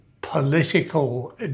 political